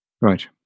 right